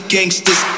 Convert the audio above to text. Gangsters